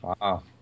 Wow